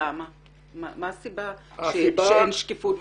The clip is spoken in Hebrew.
מה הסיבה שאין שקיפות?